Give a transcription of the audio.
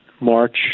March